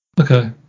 okay